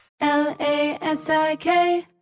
L-A-S-I-K